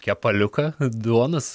kepaliuką duonos